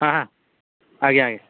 ହଁ ହଁ ଆଜ୍ଞା ଆଜ୍ଞା